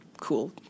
cool